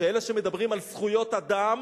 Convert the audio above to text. שאלה שמדברים על זכויות אדם